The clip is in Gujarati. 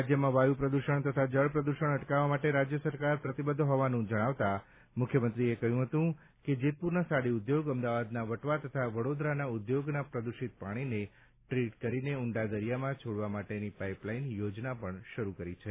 રાજયમાં વાયુ પ્રદૂષણ તથા જળ પ્રદૂષણ અટકાવવા માટે રાજ્ય સરકાર પ્રતિબદ્ધ હોવાનું જણાવતા મુખ્યમંત્રીએ કહ્યું હતું કે જેતપુરના સાડી ઉઘોગ અમદાવાદના વટવા તથા વડોદરાના ઉદ્યોગોના પ્રદૂષિત પાણીને ટ્રીટ કરીને ઊંડા દરિયામાં છોડવા માટેની પાઇપલાઇન યોજના પણ શરૂ કરી છે